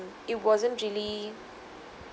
it wasn't really